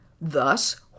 Thus